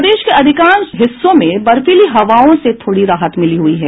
प्रदेश के अधिकांश हिस्सों में बर्फीली हवाओं से थोड़ी राहत मिली हुई है